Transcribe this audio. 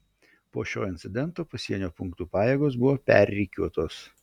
po šio incidento pasienio punktų pajėgos buvo perrikiuotos